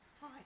Hi